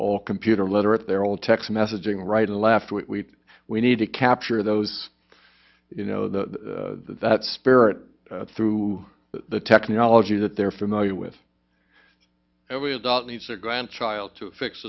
all computer literate they're all text messaging right and left we we need to capture those you know the that spirit through the technology that they're familiar with every adult needs their grandchild to fix